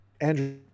Andrew